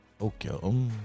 Okay